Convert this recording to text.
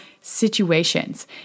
situations